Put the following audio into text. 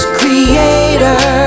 creator